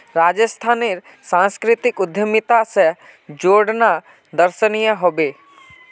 राजस्थानेर संस्कृतिक उद्यमिता स जोड़ना दर्शनीय ह बे